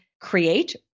create